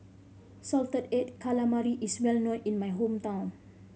salted egg calamari is well known in my hometown